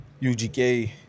UGK